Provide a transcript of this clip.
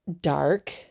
dark